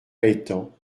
étant